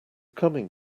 coming